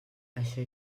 això